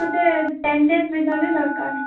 ମୋତେ ten days ଭିତରେ ଦରକାର